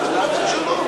שהיא הצעת חוק-יסוד: